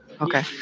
Okay